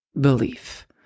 belief